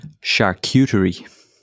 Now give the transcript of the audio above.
Charcuterie